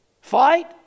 fight